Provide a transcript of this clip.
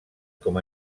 com